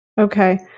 Okay